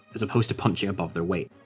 as opposed to punching above their weight.